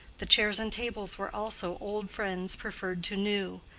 the chairs and tables were also old friends preferred to new.